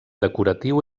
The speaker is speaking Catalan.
decoratiu